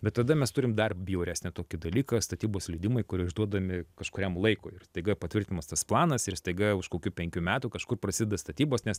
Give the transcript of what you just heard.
bet tada mes turim dar bjauresnę tokį dalyką statybos leidimai išduodami kažkuriam laikui ir staiga patvirtinamas tas planas ir staiga už kokių penkių metų kažkur prasideda statybos nes